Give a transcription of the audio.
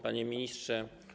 Panie Ministrze!